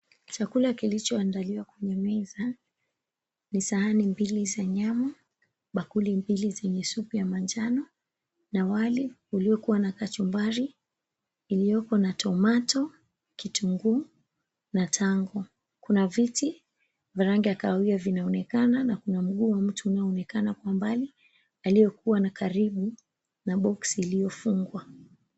Chakula kilichoandaliwa kwenye meza ni sahani mbili za nyama, bakuli mbili zenye supu ya manjano na wali uliokuwa na kachumbari iliyoko na tomato , kitungu na tango, kuna viti vya rangi ya kahawia na vinaonekana na kuna huyo mtu anayeonekana kwa umbali aliyekuwa karibu na (cs)box(cs) iliyofungwa.